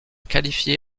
qualifié